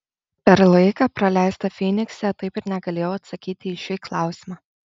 per laiką praleistą fynikse taip ir negalėjau atsakyti į šį klausimą